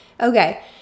okay